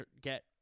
get